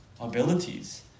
abilities